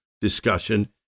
discussion